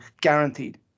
guaranteed